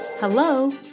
Hello